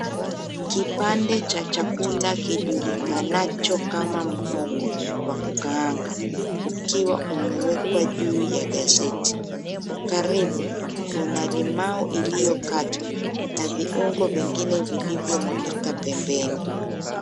Kipande cha chakula kijulikanacho kama mhogo wa kukaanga ukiwa umewekwa ju ya gazeti, karibu kuna limau iliyokatwa na viuongo vingine vilivyomwagika pembeni.